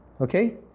Okay